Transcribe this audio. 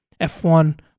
F1